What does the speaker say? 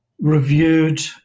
reviewed